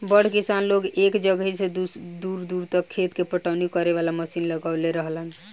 बड़ किसान लोग एके जगहिया से दूर दूर तक खेत के पटवनी करे वाला मशीन लगवले रहेलन